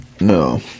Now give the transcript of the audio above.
No